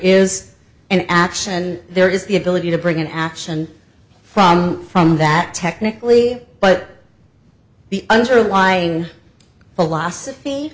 is an action there is the ability to bring an action from from that technically but the underlying philosophy